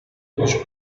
usual